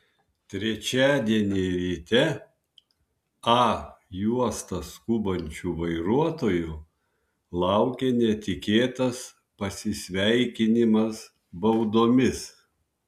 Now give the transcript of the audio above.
trečiadienį ryte a juosta skubančių vairuotojų laukė netikėtas pasisveikinimas baudomis